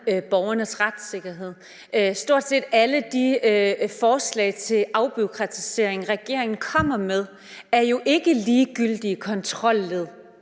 borgernes retssikkerhed. Stort set alle de forslag til afbureaukratisering, regeringen kommer med, handler jo ikke om ligegyldige kontrolled.